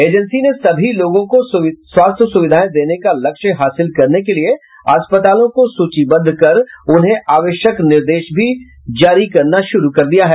agency ने सभी लोगों को स्वास्थ्य सुविधाएं देने का लक्ष्य हासिल करने के लिए अस्पतालों को सूचीबद्ध कर उन्हें आवश्यक निर्देश भी जारी कर रही है